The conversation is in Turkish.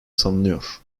sanılıyor